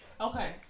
Okay